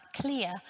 clear